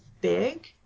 big